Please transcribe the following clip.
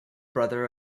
brother